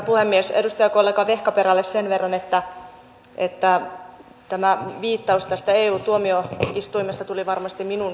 edustajakollega vehkaperälle sen verran että tämä viittaus tästä eu tuomioistuimesta tuli varmasti minun käyttämästäni puheenvuorosta